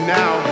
now